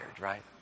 right